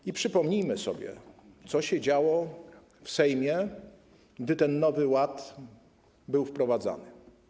I przypomnijmy sobie, co się działo w Sejmie, gdy ten Nowy Ład był wprowadzany.